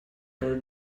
her